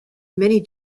many